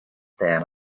than